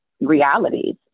realities